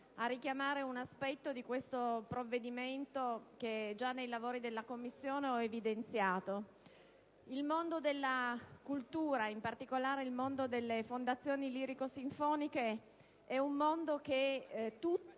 a richiamare un aspetto di questo provvedimento che già nei lavori della Commissione ho evidenziato. Il mondo della cultura, in particolare il mondo delle fondazioni lirico-sinfoniche, come tutti